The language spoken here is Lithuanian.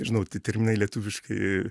nežinau tie terminai lietuviški